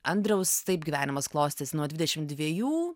andriaus taip gyvenimas klostėsi nuo edvidešimt dviejų